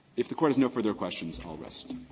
if the court has no further questions, i'll rest.